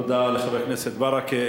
תודה לחבר הכנסת ברכה.